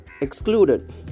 excluded